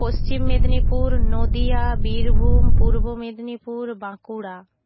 Paschim Medinipur Nadia Birbhum Purba Medinipur Bankura